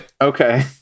Okay